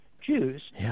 Jews